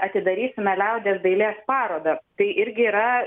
atidarysime liaudies dailės parodą tai irgi yra